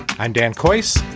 i'm dan coifs.